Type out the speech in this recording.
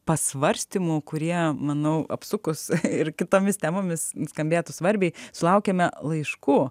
pasvarstymų kurie manau apsukus ir kitomis temomis skambėtų svarbiai sulaukiame laiškų